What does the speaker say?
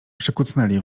przykucnęli